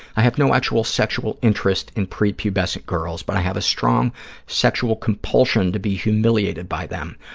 i have no actual sexual interest in prepubescent girls, but i have a strong sexual compulsion to be humiliated by them.